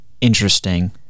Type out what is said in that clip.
interesting